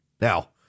Now